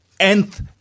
nth